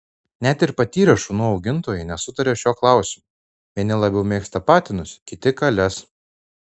net ir patyrę šunų augintojai nesutaria šiuo klausimu vieni labiau mėgsta patinus kiti kales